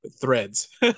Threads